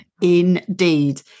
indeed